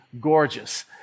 gorgeous